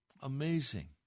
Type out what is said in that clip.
Amazing